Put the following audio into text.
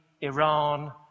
Iran